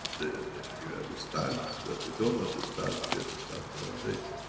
if you understand, what we don't understand, we understand more than they do.